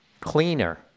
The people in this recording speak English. cleaner